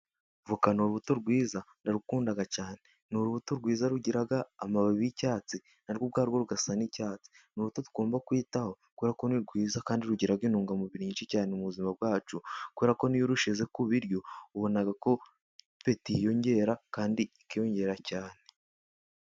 Avoka ni urubuto rwiza ndarukunda cyane. Ni urubuto rwiza rugira amababi y'icyatsi, na rwo rugasa n'icyatsi. Ni urubuto tugomba kwitaho kuko ni rwiza kandi rugira intungamubiri nyinshi cyane mu buzima bwacu, kubera ko n'iyo urushyize ku biryo ubona ko apeti yiyongera kandi ikiyongera cyane.